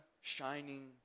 shining